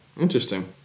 Interesting